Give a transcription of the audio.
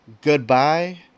goodbye